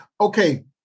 Okay